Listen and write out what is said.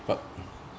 part